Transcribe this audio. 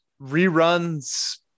reruns